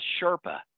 Sherpa